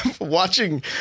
watching